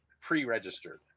pre-registered